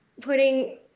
putting